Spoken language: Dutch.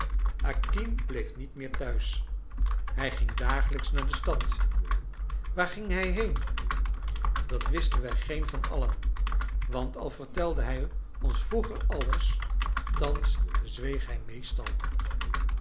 acquin bleef niet meer tehuis hij ging dagelijks naar de stad waar ging hij heen dat wisten wij geen van allen want al vertelde hij ons vroeger alles thans zweeg hij meestal